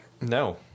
no